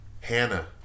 Hannah